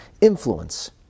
influence